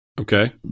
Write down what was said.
Okay